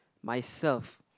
myself